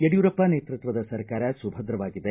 ಯಡಿಯೂರಪ್ಪ ನೇತೃತ್ವದ ಸರ್ಕಾರ ಸುಭದ್ರವಾಗಿದೆ